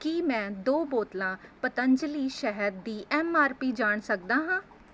ਕੀ ਮੈਂ ਦੋ ਬੋਤਲਾਂ ਪਤੰਜਲੀ ਸ਼ਹਿਦ ਦੀ ਐੱਮ ਆਰ ਪੀ ਜਾਣ ਸਕਦਾ ਹਾਂ